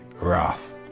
wrath